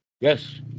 Yes